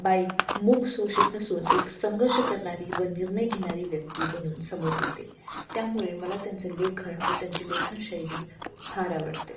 बाई मूक शोषित नसून एक संघर्ष करणारी व निर्णय घेणारी व्यक्ती बनून समोर येते त्यामुळे मला त्यांचं लेखन व त्यांची लेखनशैली फार आवडते